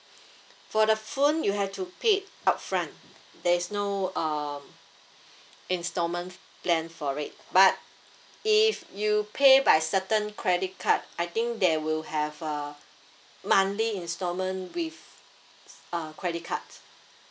for the phone you have to paid up front there's no um instalment plan for it but if you pay by certain credit card I think there will have a monthly instalment with uh credit cards